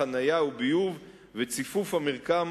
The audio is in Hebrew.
חנייה וביוב וציפוף המרקם